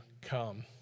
come